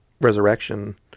Resurrection